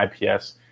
IPS